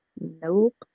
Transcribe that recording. Nope